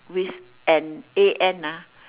with an A N ah